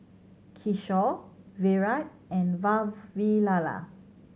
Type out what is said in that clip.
Kishore Virat and Vavilala